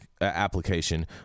application